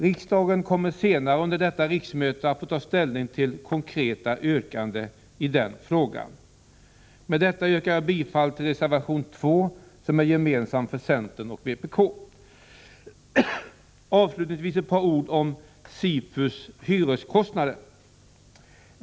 Riksdagen kommer senare under detta riksmöte att få ta ställning till konkreta yrkanden i den frågan. Med det anförda yrkar jag bifall till reservation 2, som är gemensam för centern och vpk. Avslutningsvis ett par ord om SIFU:s hyreskostnader.